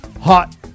Hot